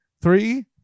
three